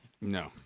No